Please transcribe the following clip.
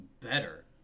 better